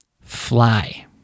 Fly